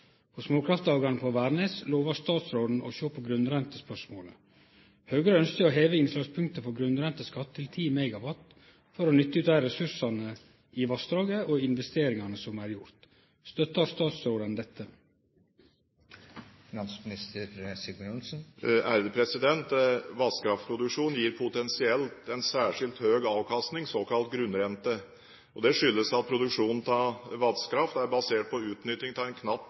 På Småkraftdagane på Værnes lova statsråden å sjå på grunnrentespørsmålet. Høgre ønskjer å heve innslagspunktet for grunnrenteskatt til 10 MW for å nytte ut ressursane i vassdraget og investeringane som er gjorde. Støttar statsråden dette?» Vannkraftproduksjon gir potensielt en særskilt høy avkastning, såkalt grunnrente. Det skyldes at produksjonen av vannkraft er basert på utnytting av en